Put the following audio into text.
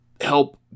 help